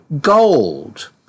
gold